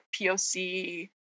POC